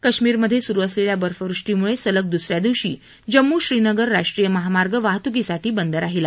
काश्मिरमधे सुरु असलेल्या बर्फवृष्टीमळं सलग दुसऱ्या दिवशी जम्मू श्रीनगर राष्ट्रीय महामार्ग वाहतुकीसाठी बंद राहिला